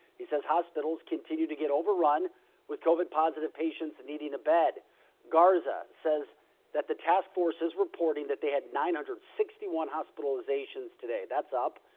he says hospitals continue to get overrun with covid positive patients and needing a bad garza says that the task force is reporting that they had nine hundred and sixty one hospitalizations today that's up.